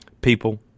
People